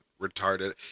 retarded